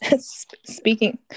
speaking